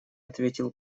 ответил